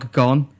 gone